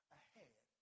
ahead